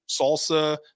salsa